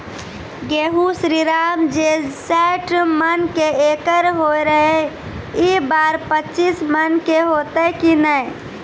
गेहूँ श्रीराम जे सैठ मन के एकरऽ होय रहे ई बार पचीस मन के होते कि नेय?